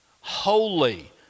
Holy